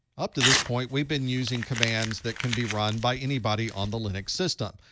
up to this point, we've been using commands that can be run by anybody on the linux system,